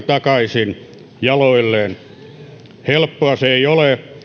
takaisin jaloilleen saamisen yrittämistä helppoa se ei ole